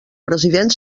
president